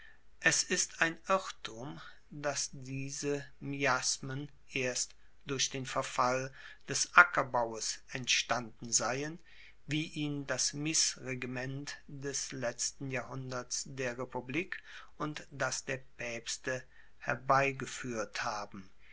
es ist ein irrtum dass diese miasmen erst durch den verfall des ackerbaues entstanden seien wie ihn das missregiment des letzten jahrhunderts der republik und das der paepste herbeigefuehrt haben